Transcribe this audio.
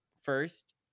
First